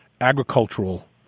agricultural